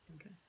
Okay